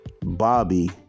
Bobby